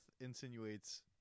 insinuates